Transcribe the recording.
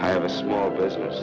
i have a small business